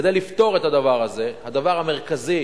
כדי לפתור את הדבר הזה, הדבר המרכזי